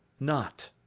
not,